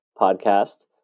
podcast